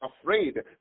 afraid